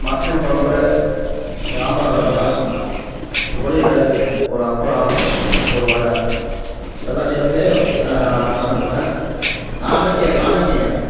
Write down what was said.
mutton குழம்பு சாம்பார் ரசம் பொரியல் ஒரு அப்பளம் ஒரு வடை இதெல்லாம் சேர்த்தே அனுப்புங்கள் நாளைக்கு நாளைக்குங்க